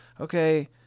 okay